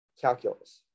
calculus